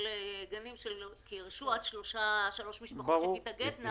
כי הרשו עד שלוש משפחות שתתאגדנה.